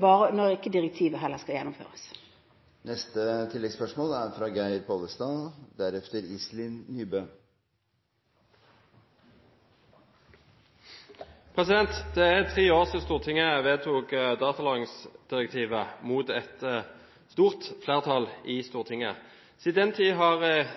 når direktivet heller ikke skal gjennomføres. Geir Pollestad – til oppfølgingsspørsmål. Det er tre år siden Stortinget vedtok datalagringsdirektivet med et stort flertall i Stortinget. Fordi Island har sagt nei, er det er ikke lenger aktuelt å pålegge å innføre det i